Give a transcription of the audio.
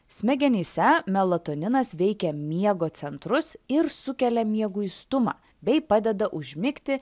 smegenyse melatoninas veikia miego centrus ir sukelia mieguistumą bei padeda užmigti